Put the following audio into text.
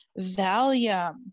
Valium